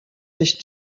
sich